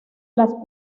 las